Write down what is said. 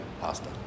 pasta